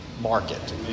market